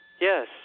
Yes